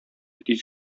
тиз